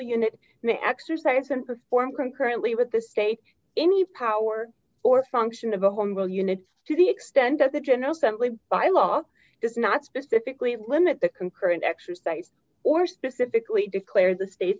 unit exercise and perform concurrently with the state any power or function of a home will units to the extent that the general assembly by law does not specifically limit the concurrent exercise or specifically declare the states